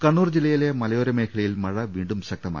കണ്ണൂർ ജില്ലയിലെ മലയോര മേഖലയിൽ മഴ വീണ്ടും ശക്തമായി